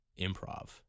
improv